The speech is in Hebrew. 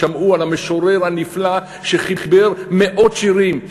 שמעו על המשורר הנפלא שחיבר מאות שירים,